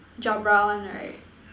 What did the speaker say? Jabra one right